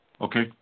Okay